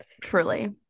Truly